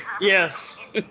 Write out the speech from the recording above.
Yes